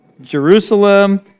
Jerusalem